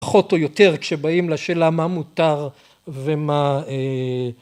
פחות או יותר כשבאים לשאלה מה מותר ומה